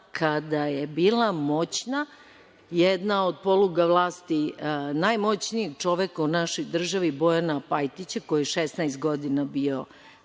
kada je bila moćna, jedna od poluga vlasti najmoćnijeg čoveka u našoj državi Bojana Pajtića koji je 16 god bio